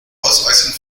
ausweisung